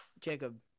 Jacob